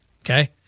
Okay